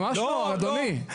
ממש לא, אדוני.